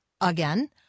again